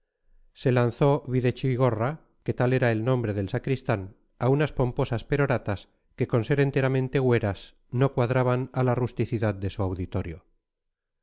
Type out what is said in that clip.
se lanzó videchigorra que tal era el nombre del sacristán a unas pomposas peroratas que con ser enteramente hueras no cuadraban a la rusticidad de su auditorio